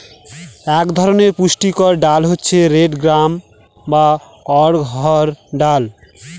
এক ধরনের পুষ্টিকর ডাল হচ্ছে রেড গ্রাম বা অড়হর ডাল